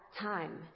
time